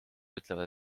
ütlevad